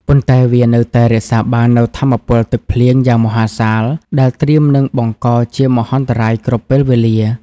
ប៉ុន្តែវានៅតែរក្សាបាននូវថាមពលទឹកភ្លៀងយ៉ាងមហាសាល ដែលត្រៀមនឹងបង្កជាមហន្តរាយគ្រប់ពេលវេលា។